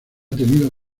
tenido